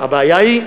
רבותי, רבותי,